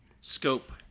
scope